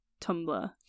Tumblr